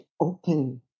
open